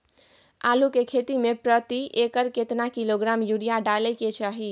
आलू के खेती में प्रति एकर केतना किलोग्राम यूरिया डालय के चाही?